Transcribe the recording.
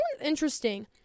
interesting